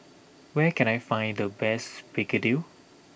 where can I find the best Begedil